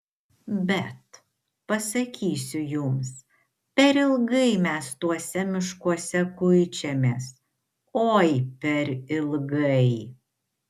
bet pasakysiu jums per ilgai mes tuose miškuose kuičiamės oi per ilgai